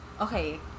Okay